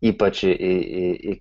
ypač į į